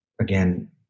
again